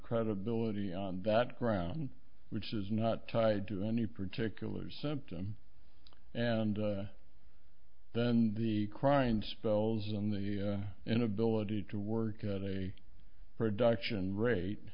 credibility on that ground which is not tied to any particular symptom and then the crying spells and the inability to work at a production rate